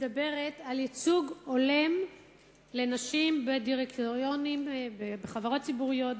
מדברת על ייצוג הולם לנשים בחברות ציבוריות,